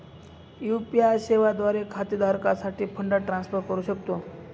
UPI सेवा द्वारे खाते धारकासाठी फंड ट्रान्सफर करू शकतो